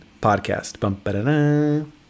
podcast